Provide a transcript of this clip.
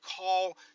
call